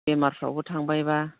बेमारफ्रानो थांबायब्ला